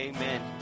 Amen